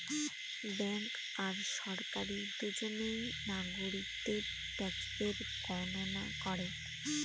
bank আর সরকারি দুজনে নাগরিকদের ট্যাক্সের গণনা করে